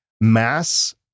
mass